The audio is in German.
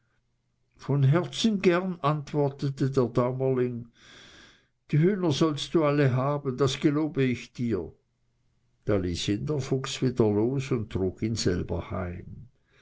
von herzen gern antwortete der daumerling die hühner sollst du alle haben das gelobe ich dir da ließ ihn der fuchs wieder los und trug ihn selber heim